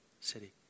city